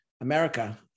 America